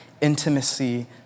intimacy